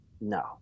No